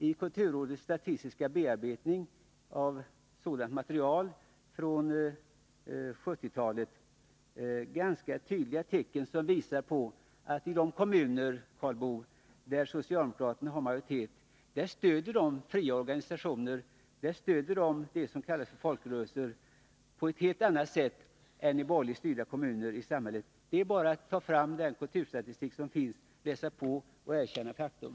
I kulturrådets statistiska bearbetning av material från 1970-talet finns det, Karl Boo, ganska tydliga tecken på att fria organisationer och det som kallas folkrörelser stöds på ett helt annat sätt i de kommuner där socialdemokraterna har majoritet än i borgerligt styrda kommuner. Det är bara att ta fram den kulturstatistik som finns, läsa på och erkänna faktum.